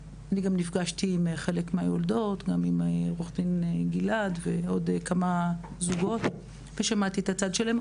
נפגשתי גם עם חלק מהיולדות ועם עורך דין גלעד שמעתי את הצד שלהם.